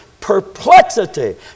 Perplexity